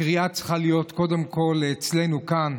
הקריאה צריכה להיות קודם כול אצלנו כאן,